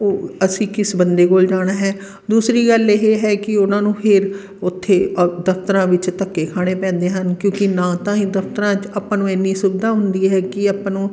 ਉਹ ਅਸੀਂ ਕਿਸ ਬੰਦੇ ਕੋਲ ਜਾਣਾ ਹੈ ਦੂਸਰੀ ਗੱਲ ਇਹ ਹੈ ਕਿ ਉਹਨਾਂ ਨੂੰ ਫਿਰ ਉੱਥੇ ਅ ਦਫ਼ਤਰਾਂ ਵਿੱਚ ਧੱਕੇ ਖਾਣੇ ਪੈਂਦੇ ਹਨ ਕਿਉਂਕਿ ਨਾ ਤਾਂ ਹੀ ਦਫ਼ਤਰਾਂ 'ਚ ਆਪਾਂ ਨੂੰ ਇੰਨੀ ਸੁਵਿਧਾ ਹੁੰਦੀ ਹੈ ਕਿ ਆਪਾਂ ਨੂੰ